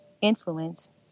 influence